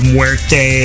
Muerte